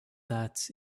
that